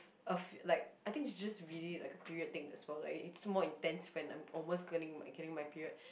of like I think it's just really like a period thing as well like it's more intense friend I'm almost getting getting my period